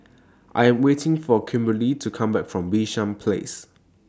I Am waiting For Kimberli to Come Back from Bishan Place